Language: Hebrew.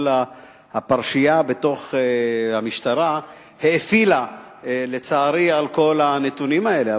כל הפרשייה בתוך המשטרה האפילה לצערי על כל הנתונים האלה.